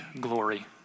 glory